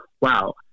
Wow